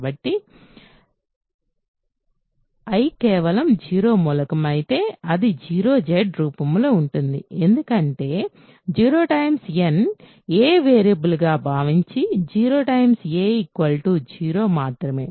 కాబట్టి I కేవలం 0 మూలకం అయితే అది 0Z రూపంలో ఉంటుంది ఎందుకంటే 0 n a వేరియబుల్ గా భావించి 0 a 0 మాత్రమే